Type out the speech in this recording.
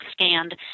scanned